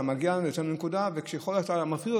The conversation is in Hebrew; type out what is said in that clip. אתה מגיע לאיזו נקודה, וככל שאתה מפריד,